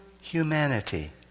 humanity